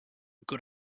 good